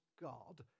God